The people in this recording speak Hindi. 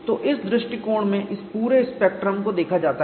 तो इस दृष्टिकोण में इस पूरे स्पेक्ट्रम को देखा जाता है